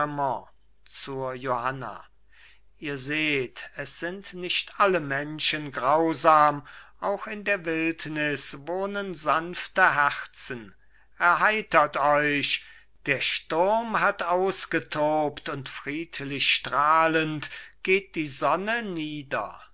zur johanna ihr seht es sind nicht alle menschen grausam auch in der wildnis wohnen sanfte herzen erheitert euch der sturm hat ausgetobt und friedlich strahlend geht die sonne nieder